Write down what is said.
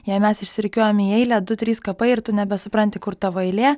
jei mes išsirikiuojam į eilę du trys kapai ir tu nebesupranti kur tavo eilė